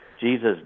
Jesus